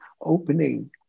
opening